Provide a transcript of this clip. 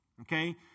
okay